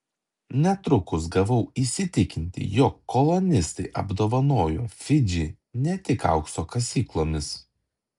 netrukus gavau įsitikinti jog kolonistai apdovanojo fidžį ne tik aukso kasyklomis